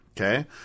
Okay